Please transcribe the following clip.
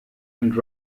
and